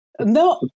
No